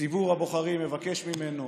ציבור הבוחרים מבקש ממנו